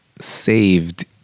saved